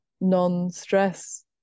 non-stress